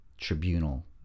tribunal